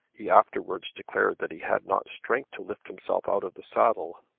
he afterwards declared that he had not strength to lift himself out of the saddle.